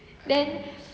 then